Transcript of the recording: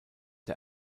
der